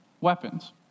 Weapons